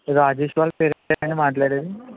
రాజేష్ వాళ్ళ పేరెంట్స్ యేన అండి మాట్లాడేది